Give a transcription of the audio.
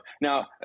Now